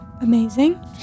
Amazing